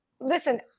Listen